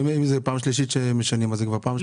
אם זו הפעם השלישית שמשנים אז זו כבר הפעם השלישית.